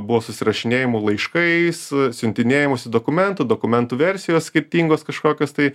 buvo susirašinėjimų laiškais siuntinėjimųsi dokumentų dokumentų versijos skirtingos kažkokios tai